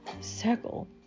circle